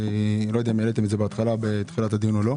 אני לא יודע אם העליתם את זה בתחילת הדיון או לא.